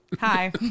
Hi